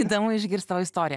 įdomu išgirst tavo istoriją